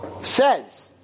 says